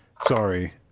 Sorry